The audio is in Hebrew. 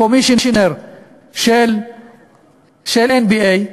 הקומישיונר של ה-NBA,